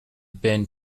ben